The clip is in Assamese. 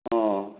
অঁ